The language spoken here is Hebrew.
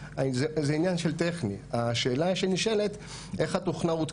זאת אומרת היא הלכה להתלונן על זה שהוא שם את התוכנית.